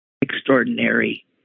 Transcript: extraordinary